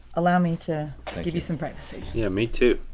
allow me to give you some privacy. yeah me too.